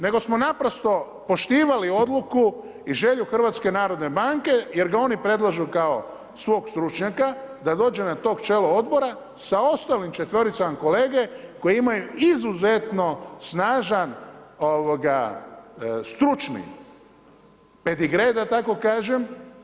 Nego smo naprosto poštivali odluku i želju HNB-a, jer ga oni predlažu kao svog stručnjaka da dođe na to čelo odbora sa ostalim četvoricama kolege koje imaju izuzetno snažan stručni pedigre da tako kažem.